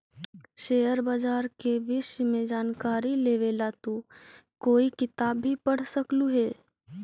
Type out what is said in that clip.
share बाजार के विष्य में जानकारी लेवे ला तू कोई किताब भी पढ़ सकलू हे